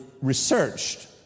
researched